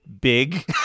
big